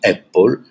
Apple